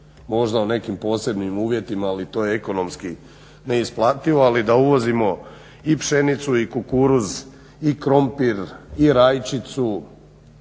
možda u nekim posebnim uvjetima ali to je ekonomski neisplativo, ali da uvozimo i pšenicu, i kukuruz, i krumpir, i rajčicu.